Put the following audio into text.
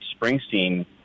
Springsteen